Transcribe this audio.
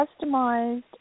customized